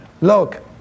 Look